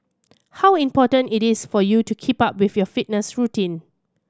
how important it is for you to keep up with your fitness routine